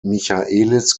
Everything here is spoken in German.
michaelis